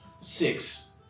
Six